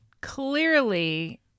clearly